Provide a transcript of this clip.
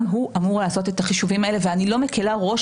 גם הוא אמור לעשות את החישובים האלה ואני לא מקלה ראש